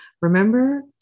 Remember